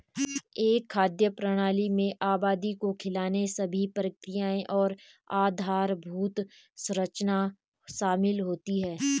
एक खाद्य प्रणाली में आबादी को खिलाने सभी प्रक्रियाएं और आधारभूत संरचना शामिल होती है